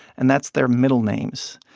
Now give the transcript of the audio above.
and that's their middle names.